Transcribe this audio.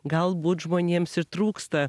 galbūt žmonėms ir trūksta